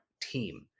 team